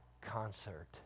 concert